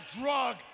drug